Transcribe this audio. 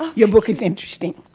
your book is interesting.